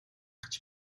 гэж